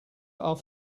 are